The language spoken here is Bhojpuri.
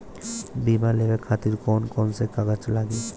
बीमा लेवे खातिर कौन कौन से कागज लगी?